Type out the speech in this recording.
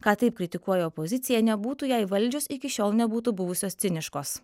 ką taip kritikuoja opozicija nebūtų jei valdžios iki šiol nebūtų buvusios ciniškos